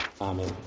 Amen